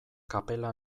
kapela